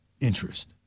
interest